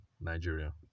Nigeria